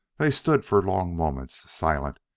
they stood for long moments, silent,